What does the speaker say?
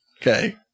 Okay